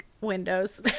windows